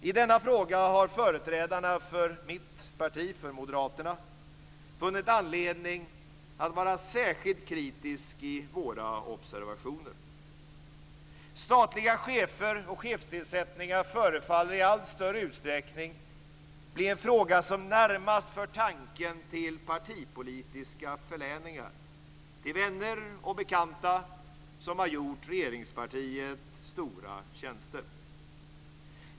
I denna fråga har företrädarna för mitt parti, Moderaterna, funnit anledning att vara särskilt kritiska i våra observationer. När det gäller statliga chefer och chefstillsättningar förefaller detta i allt större utsträckning bli en fråga som närmast för tanken till partipolitiska förläningar. Det handlar om vänner och bekanta som har gjort regeringspartiet stora tjänster.